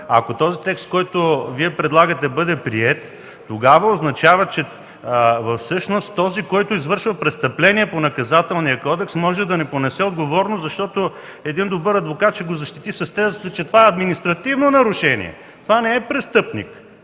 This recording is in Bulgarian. Ако текстът, който предлагате, бъде приет, това означава, че всъщност този, който извършва престъпление по Наказателния кодекс, може да не понесе отговорност, защото един добър адвокат ще го защити с тезата, че това е административно нарушение и не е престъпление.